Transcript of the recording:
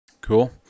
Cool